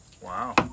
Wow